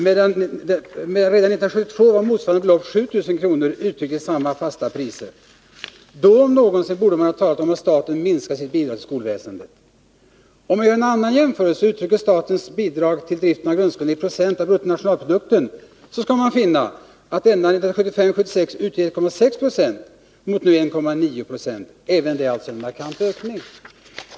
Redan 1972 var motsvarande belopp 7 000 kr., uttryckt i samma fasta priser. Då om någonsin borde man ha talat om att staten minskade sitt bidrag till skolväsendet. Om vi gör en annan jämförelse och ser på statens bidrag till driften av grundskolor i procent av bruttonationalprodukten, skall vi finna att det utgick 1,6 76 1975/76 mot 1,9 20 nu. Även där skedde alltså en markant ökning.